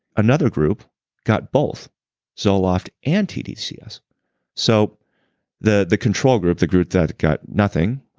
another group got both zoloft and tdcs so the the control group, the group that got nothing,